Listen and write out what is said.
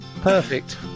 perfect